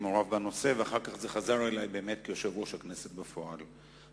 ואחר כך זה חזר אלי כיושב-ראש הכנסת בפועל,